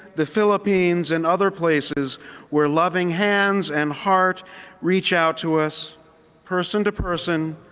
the philippines, and other places where loving hands and hearts reach out to us person to person,